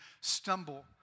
stumble